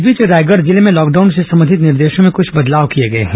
इस बीच रायगढ़ जिले में लॉकडाउन से संबंधित निर्देशों में कृछ बदलाव किए गए हैं